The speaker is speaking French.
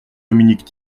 dominique